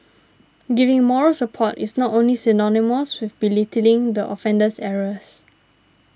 giving moral support is not synonymous with belittling the offender's errors